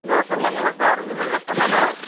இந்த வருஷம் பண்ணலை சார் இனிமேல் தான் பண்ணணும்